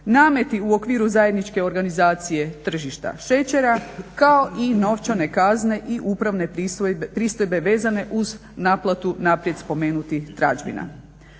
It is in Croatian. nameti u okviru zajedničke organizacije tržišta šećera kao i novčane kazne i upravne pristojbe vezane uz naplatu naprijed spomenutih tražbina.